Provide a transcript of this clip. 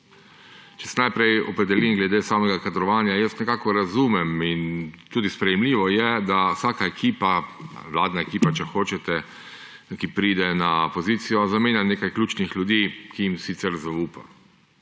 se najprej opredelim glede kadrovanja. Jaz nekako razumem in tudi sprejemljivo je, da vsaka vladna ekipa, ki pride na pozicijo, zamenja nekaj ključnih ljudi, ki jim sicer zaupa.